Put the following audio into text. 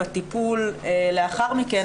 בטיפול לאחר מכן,